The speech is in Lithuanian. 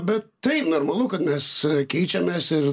bet taip normalu kad mes keičiamės ir